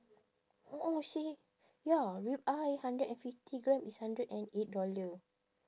seh ya rib eye hundred and fifty gram is hundred and eight dollar